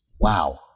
Wow